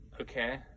Okay